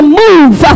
move